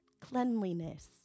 Cleanliness